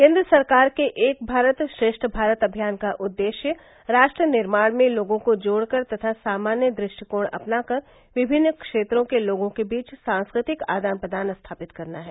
केंद्र सरकार के एक भारत श्रेष्ठ भारत अभियान का उद्देश्य राष्ट्र निर्माण में लोगों को जोड़कर तथा सामान्य दृष्टिकोण अपनाकर विभिन्न क्षेत्रों के लोगों के बीच सांस्कृतिक आदान प्रदान स्थापित करना है